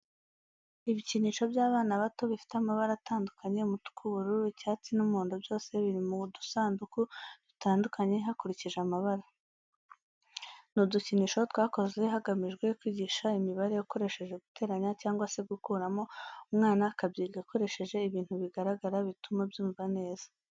Ibikinisho by'abana bato bifite amabara atandukanye umutuku, ubururu, icyatsi n'umuhondo byose biri mu dusanduku dutandukanye hakurikije amabara. Ni udukinisho twakozwe hagamijwe kwigisha imibare ukoresheje guteranya cyangwa se gukuramo umwana akabyiga akoresheje ibintu bigaragara bituma abyumva neza.